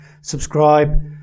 subscribe